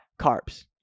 carbs